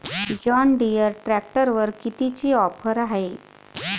John Deere ट्रॅक्टरवर कितीची offer हाये?